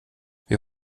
wir